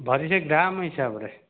ଭରି ସେହି ଗ୍ରାମ ହିସାବରେ